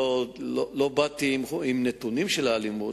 לא באתי עם נתונים על אלימות,